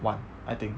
one I think